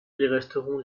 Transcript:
resteront